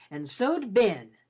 and so d ben.